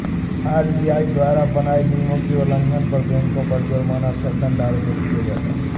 RBI द्वारा बनाए नियमों के उल्लंघन पर बैंकों पर जुर्माना अथवा दंड आरोपित किया जाता है